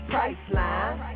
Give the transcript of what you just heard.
Priceline